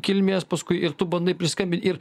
kilmės paskui ir tu bandai priskabi ir